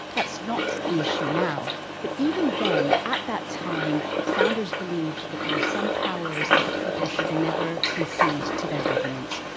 that's not the issue now. but even then, at that time, founders believed that there's some powers that a people should never concede to their government.